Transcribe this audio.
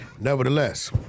Nevertheless